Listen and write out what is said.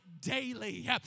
daily